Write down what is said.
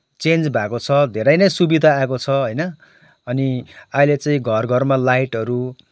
change भएको छ धेरै नै सुविधा आएको छ होइन अनि अहिले चाहिँ घर घरमा लाइटहरू